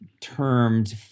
termed